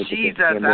Jesus